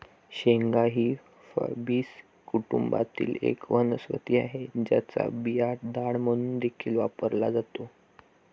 शेंगा ही फॅबीसी कुटुंबातील एक वनस्पती आहे, ज्याचा बिया डाळ म्हणून देखील वापरला जातो